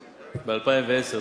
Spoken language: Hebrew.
ב-2010,